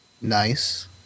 Nice